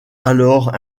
alors